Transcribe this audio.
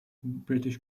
british